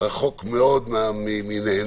רחוק מאוד מנהנתנות,